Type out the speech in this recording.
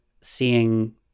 seeing